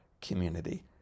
community